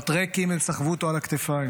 בטרקים הם סחבו אותו על הכתפיים.